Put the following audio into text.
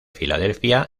filadelfia